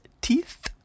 teeth